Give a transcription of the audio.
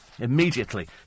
immediately